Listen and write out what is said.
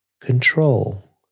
control